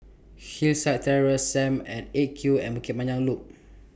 Hillside Terrace SAM At eight Q and Bukit Panjang Loop